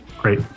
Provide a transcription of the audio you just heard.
Great